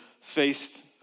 faced